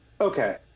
okay